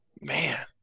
Man